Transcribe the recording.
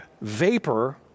vapor